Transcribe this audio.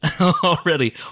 already